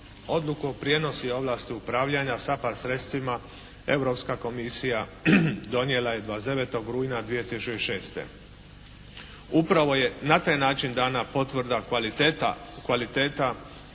Odluku o prijenosu i ovlasti upravljanja SAPARD sredstvima Europska komisija donijela je 29. rujna 2006. Upravo je na taj način dana potvrda kvalitete